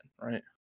right